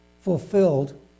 fulfilled